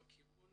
בכיוון